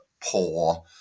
poor